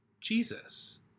Jesus